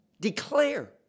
declare